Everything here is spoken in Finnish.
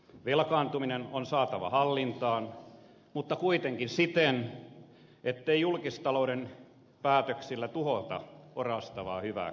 velkaantuminen on saatava hallintaan mutta kuitenkin siten ettei julkistalouden päätöksillä tuhota orastavaa hyvää kasvua